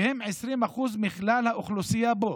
שהם כ-20% מכלל האוכלוסייה בו,